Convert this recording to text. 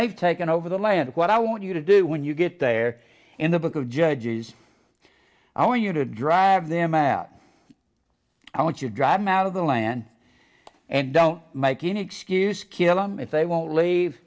they've taken over the land what i want you to do when you get there in the book of judges i want you to drive them out i want you drive him out of the land and don't make any excuse killam if they won't leave